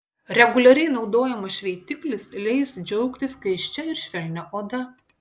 reguliariai naudojamas šveitiklis leis džiaugtis skaisčia ir švelnia oda